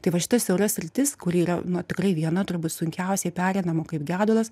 tai va šitas siaura sritis kuri yra na tikrai viena turbūt sunkiausiai pereinamų kaip gedulas